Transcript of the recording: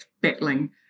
battling